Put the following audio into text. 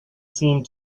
seemed